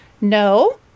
no